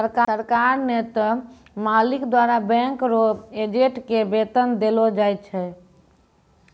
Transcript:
सरकार नै त मालिक द्वारा बैंक रो एजेंट के वेतन देलो जाय छै